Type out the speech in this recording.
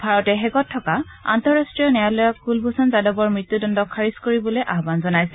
ভাৰতে হেগত থকা আন্তঃৰাষ্ট্ৰীয় ন্যায়ালয়ক কুলভূষণ যাদবৰ মৃত্যুদণ্ডক খাৰিজ কৰিবলৈ আহান জনাইছে